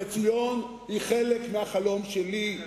וציון היא חלק מהחלום שלי,